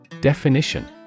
Definition